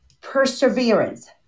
perseverance